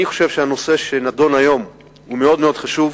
אני חושב שהנושא שנדון היום הוא מאוד מאוד חשוב.